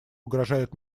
угрожает